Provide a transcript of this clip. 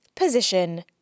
Position